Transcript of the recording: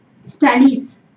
studies